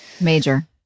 major